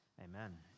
Amen